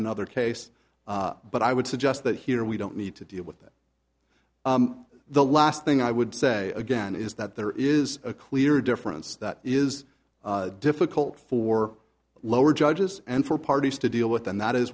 another case but i would suggest that here we don't need to deal with that the last thing i would say again is that there is a clear difference that is difficult for lower judges and for parties to deal with and that is